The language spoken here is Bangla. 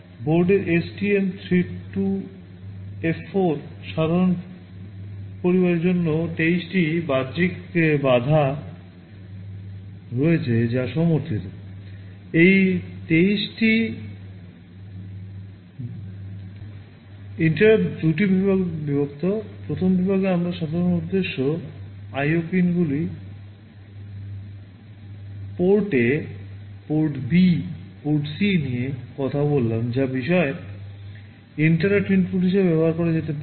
বোর্ডের STM32F4 সাধারণ পরিবারের জন্য 23 টি বাহ্যিক ইন্টারাপ্ট ইনপুট হিসাবে ব্যবহার করা যেতে পারে